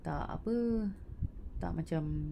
tak apa tak macam